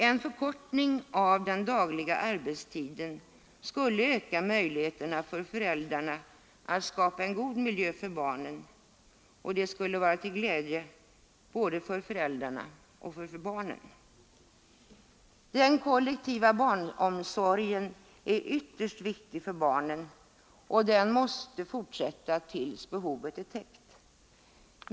En förkortning av den dagliga arbetstiden skulle öka möjligheterna för föräldrarna att skapa en god miljö för barnen, och det skulle vara till glädje både för föräldrarna och för barnen. Den kollektiva barnomsorgen är ytterst viktig för barnen, och den måste fortsätta tills behovet är täckt.